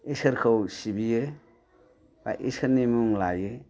इसोरखौ सिबियो बा इसोरनि मुं लायो